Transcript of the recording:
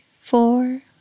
four